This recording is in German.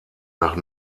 nach